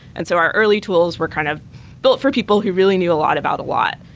and so our early tools were kind of both for people who really knew a lot about a lot.